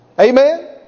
Amen